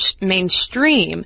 mainstream